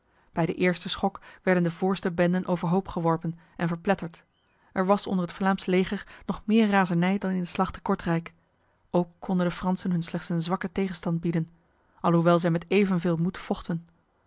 bij de eerste schok werden de voorste benden overhoop geworpen en verpletterd er was onder het vlaamse leger nog meer razernij dan in de slag te kortrijk ook konden de fransen hun slechts een zwakke tegenstand bieden alhoewel zij met evenveel moed vochten